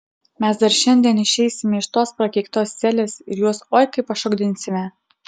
mes dar šiandien išeisime iš tos prakeiktos celės ir juos oi kaip pašokdinsime